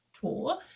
Tour